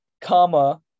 Comma